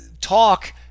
talk